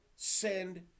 Send